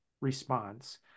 response